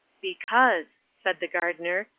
because, said the gardener,